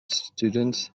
students